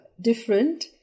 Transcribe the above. different